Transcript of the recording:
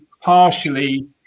partially